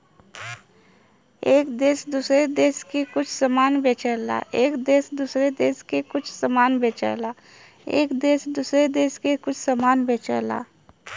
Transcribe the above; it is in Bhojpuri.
एक देस दूसरे देस के कुछ समान बेचला